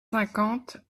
cinquante